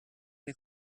che